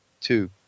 two